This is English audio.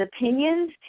opinions